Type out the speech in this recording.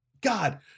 god